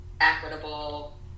equitable